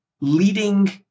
leading